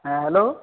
হ্যাঁ হ্যালো